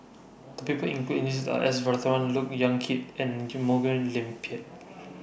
The People included in The list Are S Look Yan Kit and Morgen William Pett